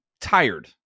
tired